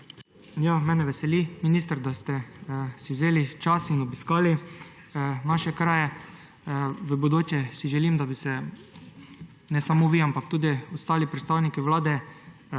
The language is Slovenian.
Mene veseli, minister, da ste si vzeli čas in obiskali naše kraje. V bodoče si želim, da bi se ne samo vi, ampak tudi ostali predstavniki Vlade